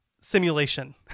simulation